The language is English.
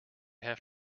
have